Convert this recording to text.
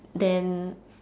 then